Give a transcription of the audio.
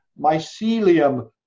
Mycelium